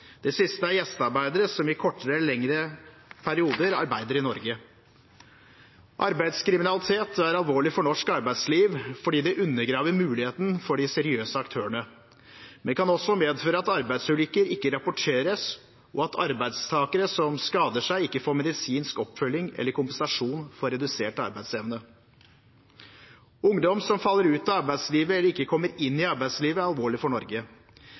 Det siste er gjestearbeidere som i kortere eller lengre perioder arbeider i Norge. Arbeidskriminalitet er alvorlig for norsk arbeidsliv fordi det undergraver mulighetene for de seriøse aktørene, men kan også medføre at arbeidsulykker ikke rapporteres, og at arbeidstakere som skader seg, ikke får medisinsk oppfølging eller kompensasjon for redusert arbeidsevne. Ungdom som faller ut av arbeidslivet eller ikke kommer inn i arbeidslivet, er alvorlig for Norge.